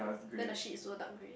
then the ship is also dark grey